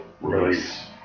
release